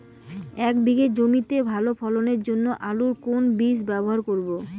এক বিঘে জমিতে ভালো ফলনের জন্য আলুর কোন বীজ ব্যবহার করব?